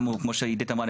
כמו שעידית אמרה,